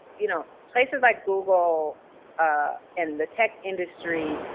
you know, places like google ah and the tech industry,